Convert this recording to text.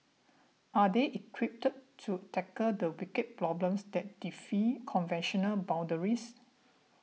are they equipped to tackle the wicked problems that defy conventional boundaries